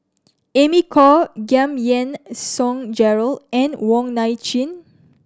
Amy Khor Giam Yean Song Gerald and Wong Nai Chin